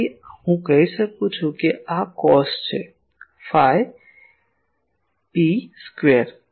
તેથી હું લખી શકું છું કે આ કોસ છે ફાઈ p સ્ક્વેર